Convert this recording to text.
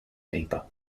paper